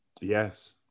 Yes